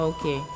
Okay